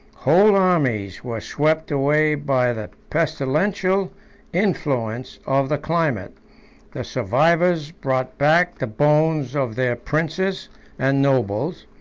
whole armies were swept away by the pestilential influence of the climate the survivors brought back the bones of their princes and nobles,